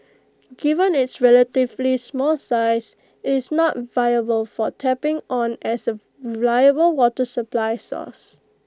given its relatively small size IT is not viable for tapping on as A reliable water supply source